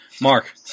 Mark